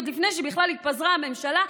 עוד לפני שבכלל התפזרה הממשלה,